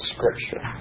Scripture